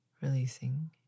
releasing